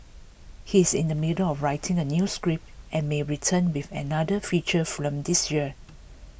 he is in the middle of writing a new script and may return with another feature film this year